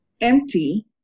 empty